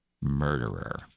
murderer